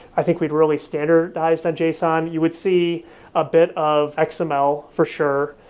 i think, we'd really standardized json, you would see a bit of like xml, for sure.